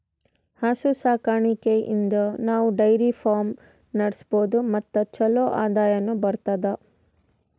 ಹಸು ಸಾಕಾಣಿಕೆಯಿಂದ್ ನಾವ್ ಡೈರಿ ಫಾರ್ಮ್ ನಡ್ಸಬಹುದ್ ಮತ್ ಚಲೋ ಆದಾಯನು ಬರ್ತದಾ